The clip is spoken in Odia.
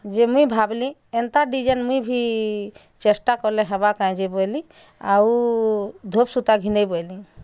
ଯେ ମୁଇଁ ଭାବ୍ଲିଁ ଏନ୍ତା ଡିଜାଇନ୍ ମୁଇଁ ଭି ଚେଷ୍ଟା କଲେ ହେବା କାଏଁ ଯେ ବୋଇଲିଁ ଆଉ ଧ୍ରୁବ୍ ସୂତା ଘିନ୍ଦେମି ବୋଇଲିଁ